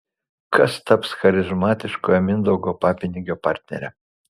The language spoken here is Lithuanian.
kas taps charizmatiškojo mindaugo papinigio partnere